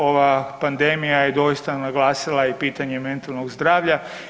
Ova pandemija je doista naglasila i pitanje mentalnog zdravlja.